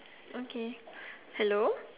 okay hello